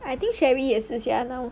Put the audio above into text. I think cherrie 也是 sia now